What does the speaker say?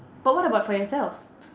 but what about for yourself